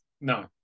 No